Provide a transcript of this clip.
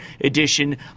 edition